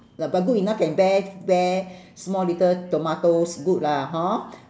but but good enough can bear bear small little tomatoes good lah hor